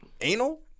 Anal